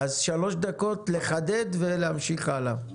אז שלוש דקות לחדד ולהמשיך הלאה.